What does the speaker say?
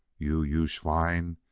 you you schwein!